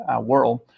world